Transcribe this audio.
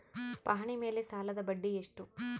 ಪಹಣಿ ಮೇಲೆ ಸಾಲದ ಬಡ್ಡಿ ಎಷ್ಟು?